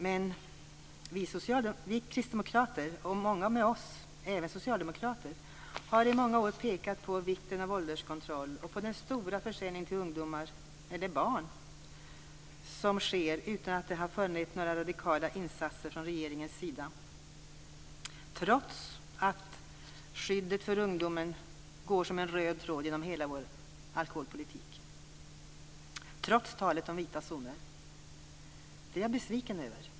Men vi kristdemokrater, och många med oss, även socialdemokrater, har i många år pekat på vikten av ålderskontroll och på den stora försäljningen till ungdomar, eller barn, som sker utan att det har funnits några radikala insatser från regeringen sida; trots att skyddet för ungdomen går som en röd tråd genom hela vår alkoholpolitik, trots talet om vita zoner. Det är jag besviken över.